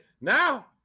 Now